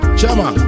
Chama